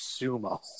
sumo